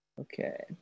Okay